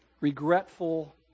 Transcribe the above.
Regretful